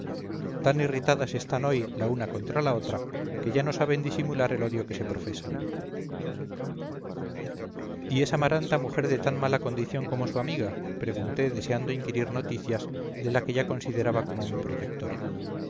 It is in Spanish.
tan irritadas están hoy la una contra la otra que ya no saben disimular el odio que se profesan y es amaranta mujer de tan mala condición como su amiga pregunté deseando inquirir noticias de la que ya consideraba como mi protectora